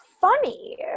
funny